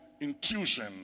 intuition